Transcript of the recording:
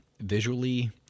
visually